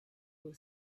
were